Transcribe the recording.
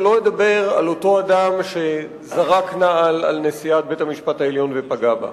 ולא אדבר על אותו אדם שזרק נעל על נשיאת בית-המשפט העליון ופגע בה.